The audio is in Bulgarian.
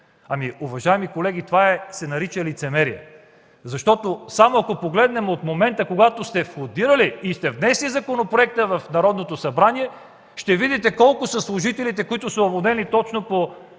Уважаеми колеги, това се нарича лицемерие. Само ако погледнем от момента, когато сте входирали и сте внесли законопроекта в Народното събрание, ще видите колко са служителите, уволнени точно по т.